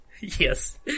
Yes